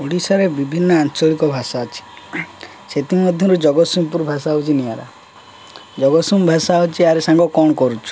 ଓଡ଼ିଶାରେ ବିଭିନ୍ନ ଆଞ୍ଚଳିକ ଭାଷା ଅଛି ସେଥିମଧ୍ୟରୁ ଜଗତସିଂହପୁର ଭାଷା ହେଉଛି ନିଆରା ଜଗତସିଂହ ଭାଷା ହେଉଛି ଆରେ ସାଙ୍ଗ କ'ଣ କରୁଛୁ